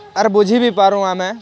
ଆର୍ ବୁଝି ବି ପାରୁଁ ଆମେ